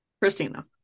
christina